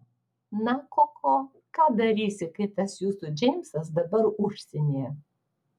na koko ką darysi kai tas jūsų džeimsas dabar užsienyje